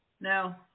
Now